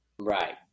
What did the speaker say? Right